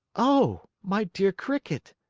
oh, my dear cricket,